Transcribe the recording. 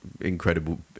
incredible